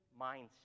mindset